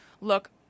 look